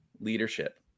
leadership